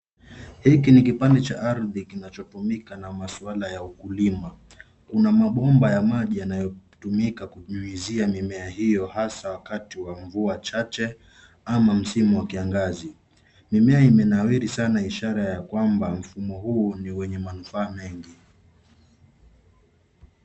Hiki ni kipande cha ardhi kinacho tumika na maswala ya ukulima. Una mabomba ya maji yanayotumika kunyunyizia mimea hiyo hasa wakati wa mvua chache ama msimu wa kiangazi. Mimea imenawiri sana ishara ya kwamba mfumo huu ni wenye manufaa mengi.